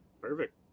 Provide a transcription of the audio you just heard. Perfect